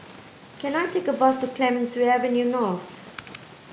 can I take a bus to Clemenceau Avenue North